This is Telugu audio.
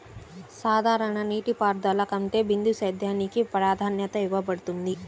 సాధారణ నీటిపారుదల కంటే బిందు సేద్యానికి ప్రాధాన్యత ఇవ్వబడుతుంది